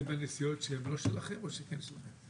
זה בנסיעות שהם שלכם או לא שלכם?